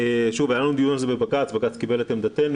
היה לנו דיון על זה בבג"צ, בג"צ קיבל את עמדתנו.